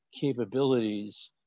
capabilities